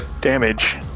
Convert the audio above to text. damage